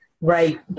Right